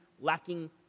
lacking